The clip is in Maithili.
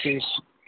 ठीक छै